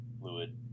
fluid